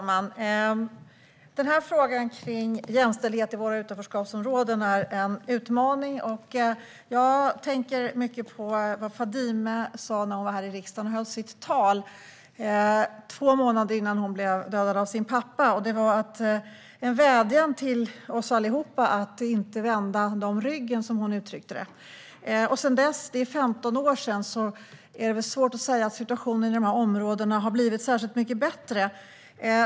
Herr talman! Frågan om jämställdhet i våra utanförskapsområden är en utmaning, och jag tänker mycket på vad Fadime sa när hon var här i riksdagen och höll sitt tal två månader innan hon blev dödad av sin pappa. Det var en vädjan till oss allihop att inte vända dem ryggen, som hon uttryckte det. Det är nu 15 år sedan, men det är svårt att säga att situationen i de här områdena har blivit särskilt mycket bättre.